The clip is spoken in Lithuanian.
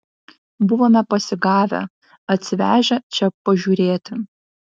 buvome pasigavę atsivežę čia pažiūrėti